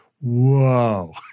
whoa